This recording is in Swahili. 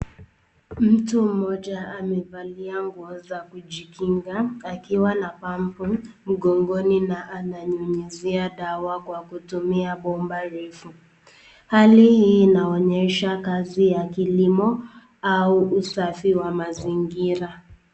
Mtu mmoja amevalia nguo za kujikinga akiwa na pambu mgongoni na ananyunyizia dawa kwa kutumia bomba refu. Hali hii inaonyesha kazi ya kilimo au usafi wa mazingira.